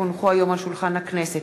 כי הונחו היום על שולחן הכנסת,